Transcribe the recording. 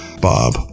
Bob